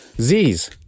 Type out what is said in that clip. Z's